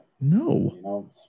no